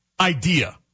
idea